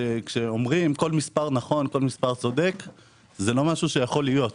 כשאומרים שכל מספר נכון זה לא יכול להיות.